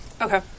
Okay